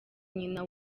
nyina